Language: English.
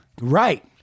Right